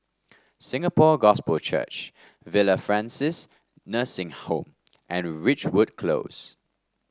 Singapore Gospel Church Villa Francis Nursing Home and Ridgewood Close